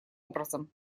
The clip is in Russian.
образом